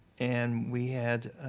and we had